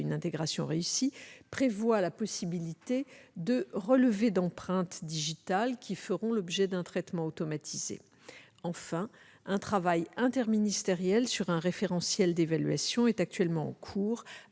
intégration réussie prévoit la possibilité d'un relevé d'empreintes digitales qui feront l'objet d'un traitement automatisé. Enfin, un travail interministériel sur un référentiel d'évaluation est en cours